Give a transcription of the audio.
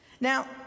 Now